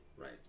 Right